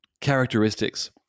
characteristics